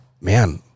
man